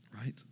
right